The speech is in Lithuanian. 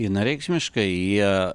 vienareikšmiškai jie